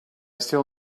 still